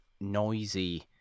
noisy